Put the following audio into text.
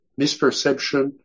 misperception